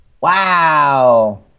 Wow